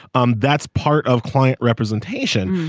um that's part of client representation.